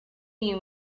you